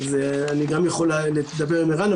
אני גם יכול לדבר עם ערן.